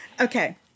Okay